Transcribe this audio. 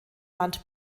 land